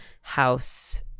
house